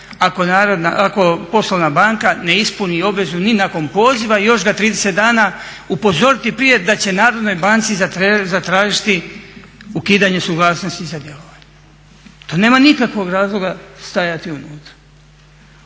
ako poslovna banka ne ispuni obvezu ni nakon poziva i još ga 30 dana upozoriti prije da će nadležnoj banci zatražiti ukidanje suglasnosti za djelovanje. To nema nikakvog razloga stajati unutra.